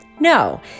no